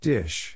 Dish